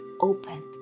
open